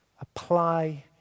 apply